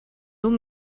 дүн